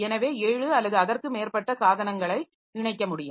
எனவே ஏழு அல்லது அதற்கு மேற்பட்ட சாதனங்களை இணைக்க முடியும்